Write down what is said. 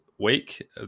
week